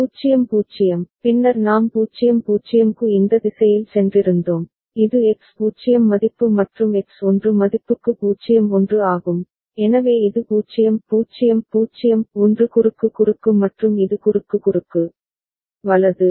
0 0 பின்னர் நாம் 0 0 க்கு இந்த திசையில் சென்றிருந்தோம் இது x 0 மதிப்பு மற்றும் x 1 மதிப்புக்கு 0 1 ஆகும் எனவே இது 0 0 0 1 குறுக்கு குறுக்கு மற்றும் இது குறுக்கு குறுக்கு வலது